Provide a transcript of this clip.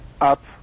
up